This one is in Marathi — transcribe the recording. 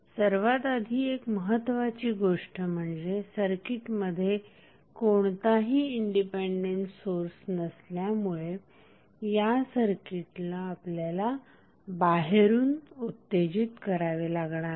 सर्वात आधी एक महत्त्वाची गोष्ट म्हणजे सर्किटमध्ये कोणताही इंडिपेंडेंट सोर्स नसल्यामुळे या सर्किटला आपल्याला बाहेरून उत्तेजित करावे लागणार आहे